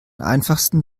einfachsten